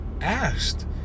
asked